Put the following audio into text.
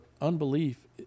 unbelief